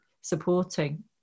supporting